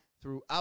throughout